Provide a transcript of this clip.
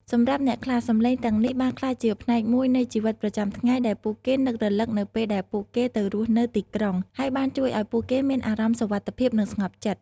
សម្រាប់អ្នកខ្លះ សំឡេងទាំងនេះបានក្លាយជាផ្នែកមួយនៃជីវិតប្រចាំថ្ងៃដែលពួកគេនឹករលឹកនៅពេលដែលពួកគេទៅរស់នៅទីក្រុង ហើយបានជួយឱ្យពួកគេមានអារម្មណ៍សុវត្ថិភាព និងស្ងប់ចិត្ត។